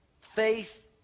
faith